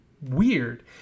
weird